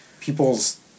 people's